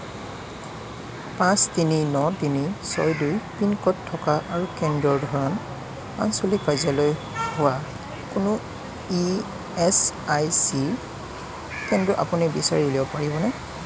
পাঁচ তিনি ন তিনি ছয় দুই পিন ক'ড থকা আৰু কেন্দ্ৰৰ ধৰণ আঞ্চলিক কাৰ্যালয় হোৱা কোনো ই এচ আই চি কেন্দ্ৰ আপুনি বিচাৰি উলিয়াব পাৰিবনে